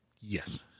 yes